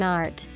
art